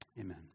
Amen